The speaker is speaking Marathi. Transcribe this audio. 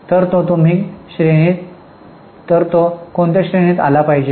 तर तो कोणत्या श्रेणीत आला पाहिजे